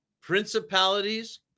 principalities